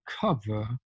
cover